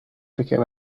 became